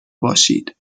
باشید